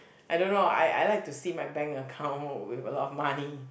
I don't know I I like to see my bank account with a lot of money